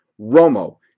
Romo